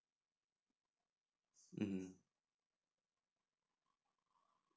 mm